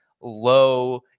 low